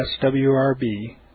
swrb